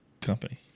company